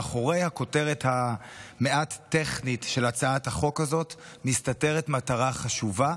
מאחורי הכותרת המעט-טכנית של הצעת החוק הזאת מסתתרת מטרה חשובה,